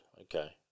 Okay